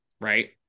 right